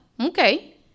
Okay